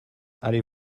allez